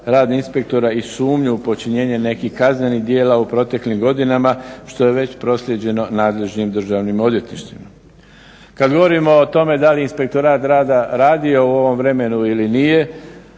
rad inspektora i sumnju u počinjenje nekih kaznenih dijela u proteklim godinama što je već proslijeđeno nadležnim državnim odvjetništvima. Kada govorimo o tome da li je inspektorat rada radio u ovom vremenu ili nije